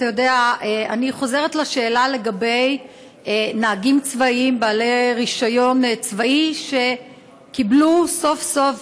אני חוזרת לשאלה לגבי נהגים צבאיים בעלי רישיון צבאי שקיבלו סוף-סוף,